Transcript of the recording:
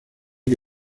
que